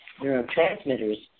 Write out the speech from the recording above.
neurotransmitters